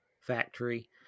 factory